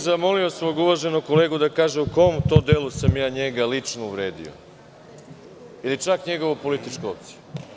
Zamolio bih svog uvaženog kolegu da kaže u kom tom delu sam ja njega lično uvredio ili čak njegovu političku opciju?